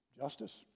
justice